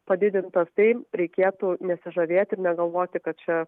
padidintas tai reikėtų nesižavėti ir negalvoti kad čia